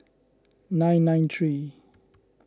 nine nine three